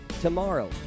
tomorrow